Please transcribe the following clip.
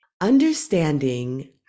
Understanding